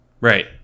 Right